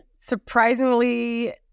surprisingly